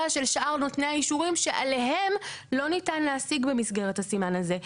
של שאר נותני האישורים שעליהם לא ניתן להשיג במסגרת הסימן הזה.